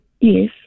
Yes